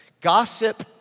Gossip